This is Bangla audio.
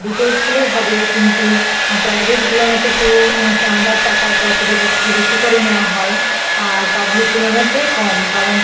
দুটো ইস্কুলেই হবে কিন্তু প্রাইভেটগুলোতে একটু চাঁদার টাকা বাচ্চাদের কাছ থেকে বেশি করে নেওয়া হয় আর পাবলিকগুলোতে কম কারণ